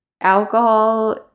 alcohol